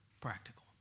practical